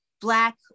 Black